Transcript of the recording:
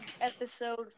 episode